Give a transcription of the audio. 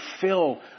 fill